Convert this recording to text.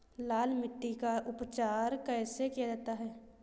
लाल मिट्टी का उपचार कैसे किया जाता है?